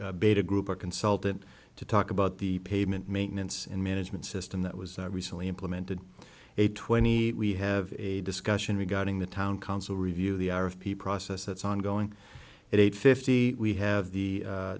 a beta group or consultant to talk about the pavement maintenance and management system that was recently implemented a twenty we have a discussion regarding the town council review the hour of p process that's ongoing at eight fifty we have the